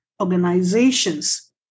organizations